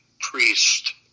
priest